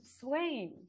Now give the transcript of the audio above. Swain